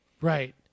Right